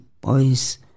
boys